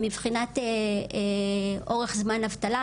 מבחינת אורך זמן אבטלה,